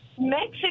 Mexico